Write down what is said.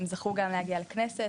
הם זכו גם להגיע לכנסת,